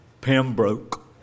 Pembroke